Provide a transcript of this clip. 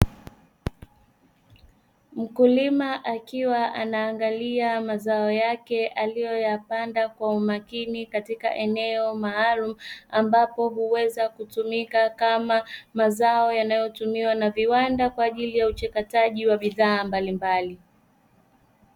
Mkulima akiwa anaangalia mazao yake aliyoyapanda kwa umakini katika eneo maalumu, ambapo huweza kutumika kama mazao yanayotumiwa na viwanda kwa ajili ya uchakataji wa bidhaa mbalimbali.